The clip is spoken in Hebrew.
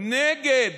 נגד